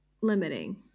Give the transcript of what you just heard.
limiting